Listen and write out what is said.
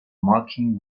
mocking